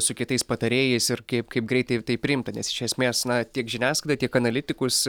su kitais patarėjais ir kaip kaip greitai tai priimta nes iš esmės na tiek žiniasklaidai tiek analitikus